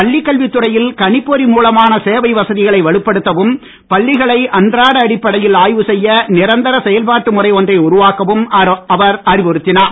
பள்ளிக் கல்வித் துறையில் கணிப்பொறி மூலமான சேவை வசதிகளை வலுப்படுத்தவும் பள்ளிகளை அன்றாட அடிப்படையில் ஆய்வு செய்ய நிரந்தர செயல்பாட்டு முறை ஒன்றை உருவாக்கவும் அவர் அறிவுறுத்தினார்